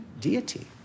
deity